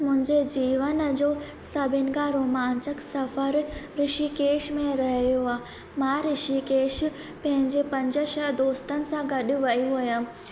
मुंहिंजे जीवन जो सभिनि खां रोमांचक सफ़रु ऋषिकेश में रहियो आहे मां ऋषिकेश पंहिंजे पंज छह दोस्तनि सां गॾु वई हुअमि